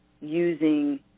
using